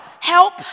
Help